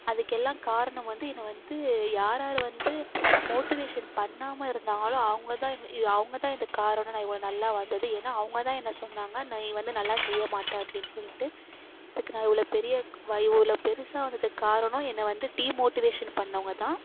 அதுக்கு எல்லாம் காரணம் வந்து என்னை வந்து யார் யார் வந்து மோட்டிவேஷன் பண்ணாமல் இருந்தாங்களோ அவங்கதான் அவங்கதான் இதுக்கு காரணம் நான் இவ்வளோ நல்லா வந்தது ஏன்னா அவங்கதான் என்னை சொன்னாங்க நீ வந்து நல்லா செய்யமாட்டே அப்படின் சொல்லிட்டு இதுக்கு நான் இவ்வளோ பெரிய இவ்வளோ பெருசாக வந்ததுக்கு காரணம் என்னை வந்து டிமோட்டிவேஷன் பண்ணவங்கதான்